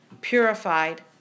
Purified